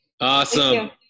awesome